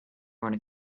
want